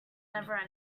never